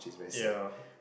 yeah